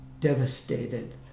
devastated